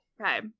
Okay